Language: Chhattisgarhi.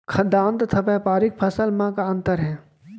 खाद्यान्न तथा व्यापारिक फसल मा का अंतर हे?